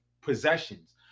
Possessions